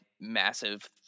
massive